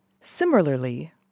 Similarly